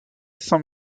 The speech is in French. sans